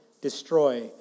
destroy